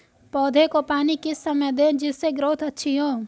पौधे को पानी किस समय दें जिससे ग्रोथ अच्छी हो?